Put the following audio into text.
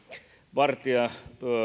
vartia